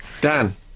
Dan